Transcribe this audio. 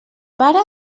para